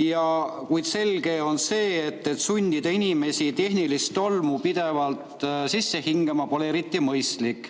Kuid selge on see, et sundida inimesi tehnilist tolmu pidevalt sisse hingama pole eriti mõistlik.